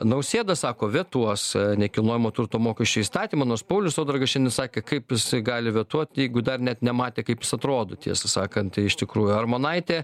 nausėda sako vetuos nekilnojamo turto mokesčio įstatymą nors paulius saudargas šiandien sakė kaip jis gali vetuot jeigu dar net nematė kaip jis atrodo tiesą sakant tai iš tikrųjų armonaitė